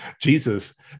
Jesus